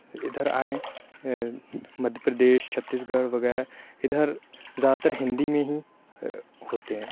اِدھر آئیں مدھیہ پردیش چھتیس گڑھ وغیرہ اِدھر زیادہ تر ہندی میں ہی ہوتے ہیں